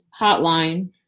hotline